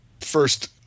First